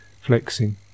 flexing